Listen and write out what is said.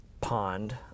pond